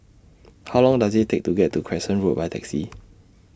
How Long Does IT Take to get to Crescent Road By Taxi